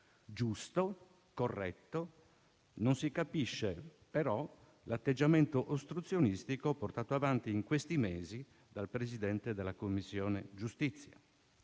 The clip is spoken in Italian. giusto, corretto; non si capisce, però, l'atteggiamento ostruzionistico portato avanti in questi mesi dal Presidente della Commissione giustizia.